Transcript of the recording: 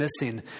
missing